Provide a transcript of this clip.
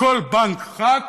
לכל בנק, ח"כ,